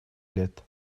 лет